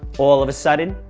all of a sudden,